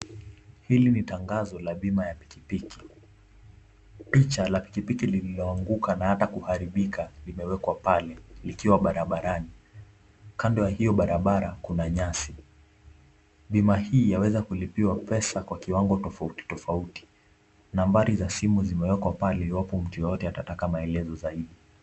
Hili ni tangazo la bima ya pikipiki. Picha la pikipiki lililoanguka na ata kuharibika imewekwa pale likiwa barabarani. Kando ya hiyo barabara kuna nyasi. Bima hii yaweza kulipiwa pesa kwa kiwango tofauti tofauti. Nambari za simu zimewekwa pale iwapo mtu atataka maelezo zaidi.